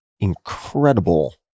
incredible